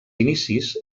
inicis